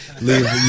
Leave